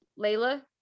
Layla